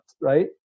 right